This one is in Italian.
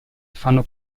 fanno